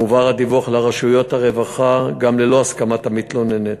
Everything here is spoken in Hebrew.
מועבר הדיווח לרשויות הרווחה גם ללא הסכמת המתלוננת.